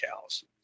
cows